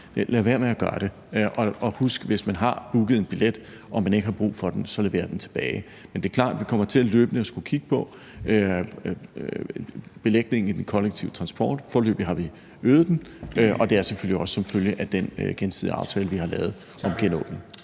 Lad være med at gøre det, og husk, hvis man har booket en billet og man ikke har brug for den, at levere den tilbage. Men det er klart, at vi kommer til løbende at skulle kigge på belægningen i den kollektive transport. Foreløbig har vi øget den, og det er selvfølgelig også som følge af den gensidige aftale, vi har lavet, om genåbning.